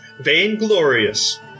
vainglorious